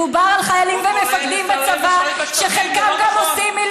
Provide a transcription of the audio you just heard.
מדובר על חיילים ומפקדים בצבא, הוא קורא